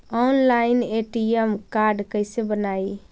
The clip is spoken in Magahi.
ऑनलाइन ए.टी.एम कार्ड कैसे बनाई?